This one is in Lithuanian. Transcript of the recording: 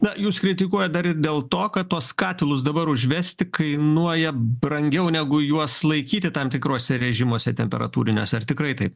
na jūs kritikuojat dar ir dėl to kad tuos katilus dabar užvesti kainuoja brangiau negu juos laikyti tam tikrose režimuose temperatūriniuose ar tikrai taip